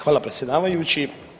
Hvala predsjedavajući.